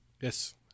yes